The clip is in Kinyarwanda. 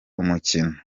umukino